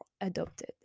adopted